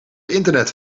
internet